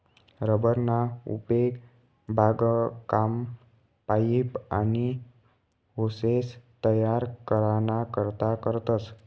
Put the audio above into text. rubber ना उपेग बागकाम, पाइप, आनी होसेस तयार कराना करता करतस